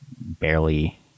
barely